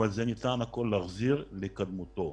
אבל ניתן להחזיר את הכול לקדמותו.